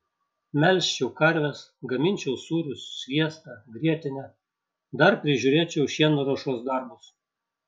melžčiau karves gaminčiau sūrius sviestą grietinę dar prižiūrėčiau šieno ruošos darbus